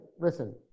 listen